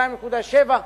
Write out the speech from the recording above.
2.7%,